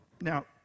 now